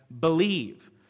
believe